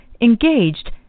engaged